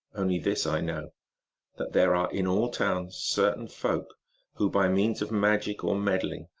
only this i know that there are in all towns certain folk who, by means of magic or med dling,